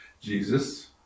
Jesus